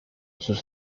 sus